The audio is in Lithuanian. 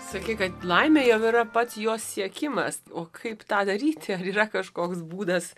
sakei kad laimė jau yra pats jos siekimas o kaip tą daryti ar yra kažkoks būdas